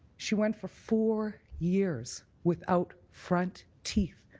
she went for four years without front teeth.